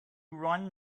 run